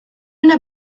una